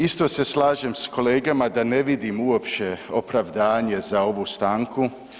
Isto se slažem s kolegama da ne vidim uopće opravdanje za ovu stanku.